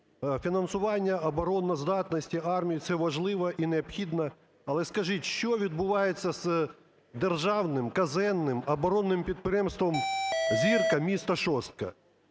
фінансування обороноздатності армії – це важливо і необхідно, але скажіть, що відбувається з державним казенним оборонним підприємством "Зірка" міста Шостка?